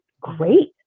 great